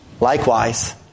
Likewise